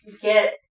get